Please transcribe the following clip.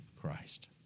Christ